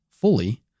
fully